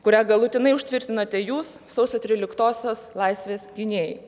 kurią galutinai užtvirtinote jūs sausio tryliktosios laisvės gynėjai